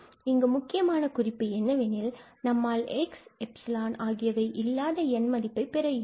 இங்கு முக்கியமான குறிப்பு என்னவெனில் நம்மால் x and எப்சிலான் epsilon ஆகியவை இல்லாத N மதிப்பை பெற இயலும்